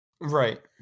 right